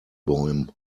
bäumen